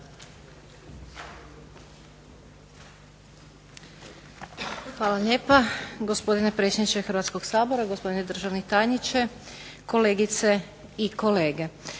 Uvaženi predsjedniče Hrvatskog sabora, gospodine državni tajniče, kolegice i kolege